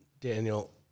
Daniel